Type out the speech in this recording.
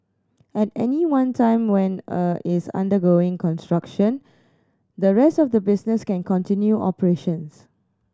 at any one time when a is undergoing construction the rest of the business can continue operations